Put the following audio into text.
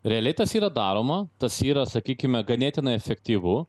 realiai tas yra daroma tas yra sakykime ganėtinai efektyvu